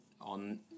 on